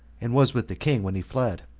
and was with the king when he fled.